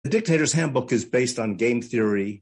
‫חוברת ההדרכה של הדיקטטור מבוססת על תיאוריית המשחק.